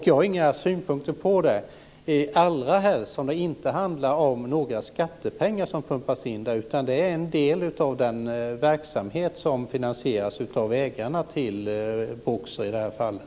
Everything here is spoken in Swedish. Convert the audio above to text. Jag har inga synpunkter på det, allra helst som det inte handlar om några skattepengar som pumpas in. Det är en del av den verksamhet som finansieras av ägarna till Boxer i det här fallet.